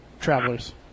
travelers